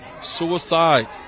Suicide